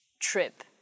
trip